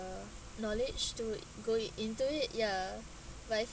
uh knowledge to it go it into it ya but I think